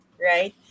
right